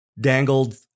dangled